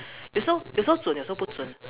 有时候有时候准有时候不准